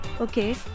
Okay